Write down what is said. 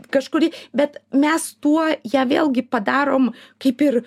kažkuri bet mes tuo ją vėlgi padarom kaip ir